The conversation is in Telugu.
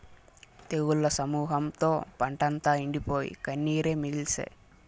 తెగుళ్ల సమూహంతో పంటంతా ఎండిపోయి, కన్నీరే మిగిల్సే